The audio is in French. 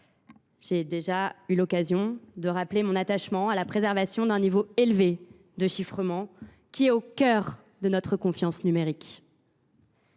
J’ai déjà eu l’occasion de rappeler mon attachement à la préservation d’un niveau élevé de chiffrement, qui est au cœur de notre confiance numérique.